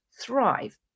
thrive